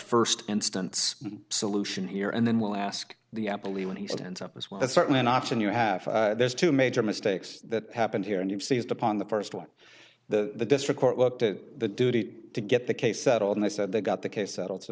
first instance solution here and then we'll ask the apple e when he stands up as well that's certainly an option you have there's two major mistakes that happened here and you've seized upon the first one the district court looked at the duty to get the case settled and i said they got the case settled so